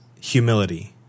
humility